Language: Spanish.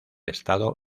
estado